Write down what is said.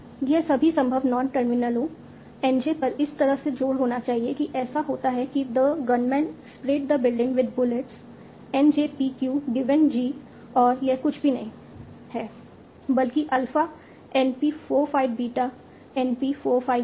यह सभी संभव नॉन टर्मिनलों N j पर इस तरह से जोड़ होना चाहिए कि ऐसा होता है कि the gunman spread the building with bullets N j p q given g और यह कुछ भी नहीं है बल्कि अल्फा NP 4 5 बीटा NP 4 5 ही है